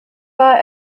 war